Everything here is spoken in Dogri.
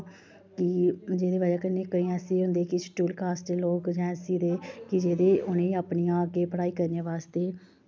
कि जेह्दी बजह् कन्नै केईं ऐसे होंदे कि स्टयूलकास्ट दे लोक जां ऐस्स सी दे कि जेह्दे उ'नेंगी अपनियां अग्गें पढ़ाई करने बास्तै